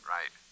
Right